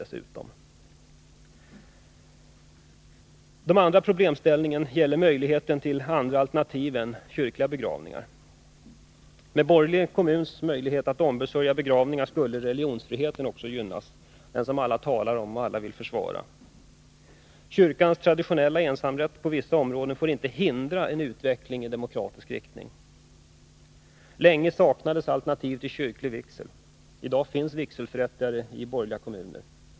Den andra problemställningen gäller möjligheterna till andra alternativ än kyrkliga begravningar. Med borgerlig kommuns möjligheter att ombesörja begravningar skulle religionsfriheten också gynnas — den som alla talar om och vill försvara. Kyrkans traditionella ensamrätt på vissa områden får inte hindra en utveckling i demokratisk riktning. Länge saknades alternativ till kyrklig vigsel. I dag finns vigselförrättare i borgerliga kommuner.